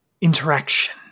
interaction